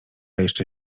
jeszcze